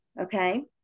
Okay